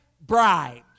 bribes